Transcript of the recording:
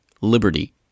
liberty